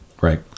Right